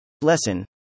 Lesson